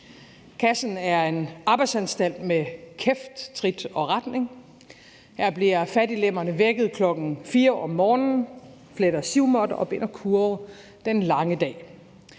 Kassen er en arbejdsanstalt med kæft, trit og retning. Her bliver fattiglemmerne vækket kl. 4 om morgenen, fletter sivmåtter og binder kurve den lange dag.